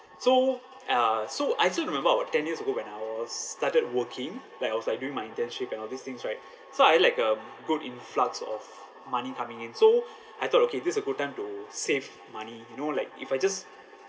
so uh so I still remember about ten years ago when I was started working like I was like doing my internship and all these things right so I had like a good influx of money coming in so I thought okay this is a good time to save money you know like if I just